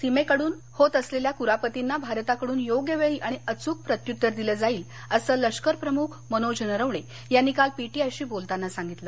सीमेपलीकडून होत असलेल्या क्रापतींना भारताकडून योग्य वेळी आणि अचूक प्रत्युत्तर दिलं जाईल असं लष्कर प्रमुख मनोज नरवणे यांनी काल पीटीआय शी बोलताना सांगितलं